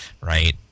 right